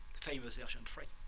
the famous version three.